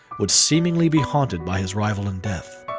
would seemingly be haunted by his rival in death.